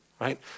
Right